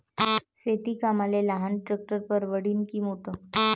शेती कामाले लहान ट्रॅक्टर परवडीनं की मोठं?